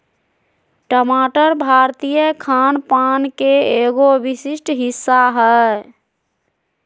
टमाटर भारतीय खान पान के एगो विशिष्ट हिस्सा हय